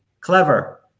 clever